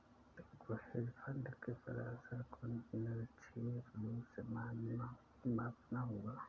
तुमको hedge fund के प्रदर्शन को निरपेक्ष रूप से मापना होगा